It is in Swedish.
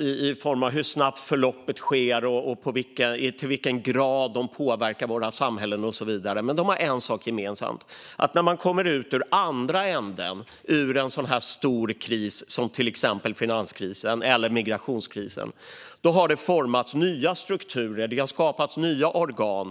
i fråga om hur snabbt förloppet sker, i vilken grad de påverkar våra samhällen och så vidare. Men de har en sak gemensamt, och det är att när man kommer ut i andra ändan av en stor kris som till exempel finanskrisen eller migrationskrisen har det formats nya strukturer och skapats nya organ.